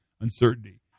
uncertainty